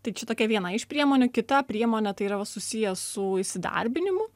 tai šitokia viena iš priemonių kita priemonė tai yra va susiję su įsidarbinimu